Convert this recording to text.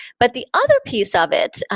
but the other piece of it,